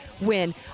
win